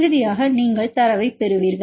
இறுதியாக நீங்கள் தரவைப் பெறுவீர்கள்